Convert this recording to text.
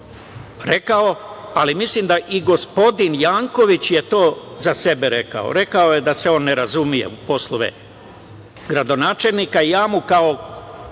rekao, ali mislim da je i gospodin Janković to za sebe rekao. Rekao je da se on ne razume u poslove gradonačelnika. Ja mu kao